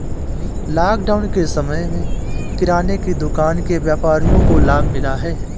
lockdown के समय में किराने की दुकान के व्यापारियों को लाभ मिला है